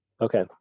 Okay